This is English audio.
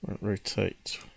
Rotate